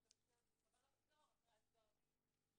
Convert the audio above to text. אני מקווה לחזור אחרי ההצבעות.